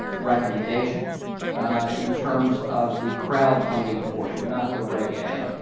recommendation in terms of the crowdfunding portion, not the reg a,